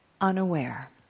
unaware